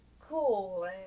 cool